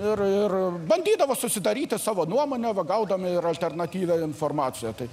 ir ir bandydavo susidaryti savo nuomonę va gaudami ir alternatyvią informaciją tai